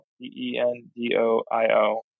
P-E-N-D-O-I-O